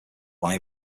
one